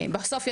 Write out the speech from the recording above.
בסוף,